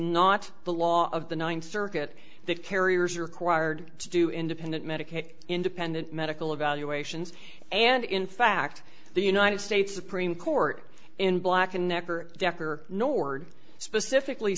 not the law of the ninth circuit that carriers are quired to do independent medicaid independent medical evaluations and in fact the united states supreme court in black and necker decker nord specifically